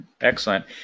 Excellent